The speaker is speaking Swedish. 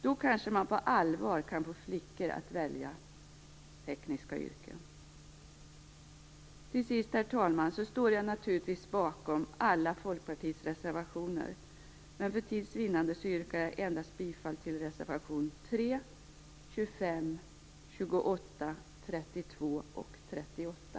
Då kanske man på allvar kan få flickor att välja tekniska yrken. Till sist, herr talman: Jag står naturligtvis bakom alla Folkpartiets reservationer, men för tids vinnande yrkar jag bifall endast till reservationerna 3, 25, 28,